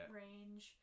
range